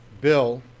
Bill